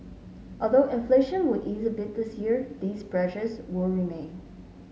although inflation will ease a bit this year these pressures will remain